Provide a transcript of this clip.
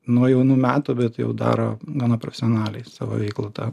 nuo jaunų metų bet jau daro gana profesionaliai savo veiklą tą